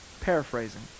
paraphrasing